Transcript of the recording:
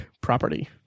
property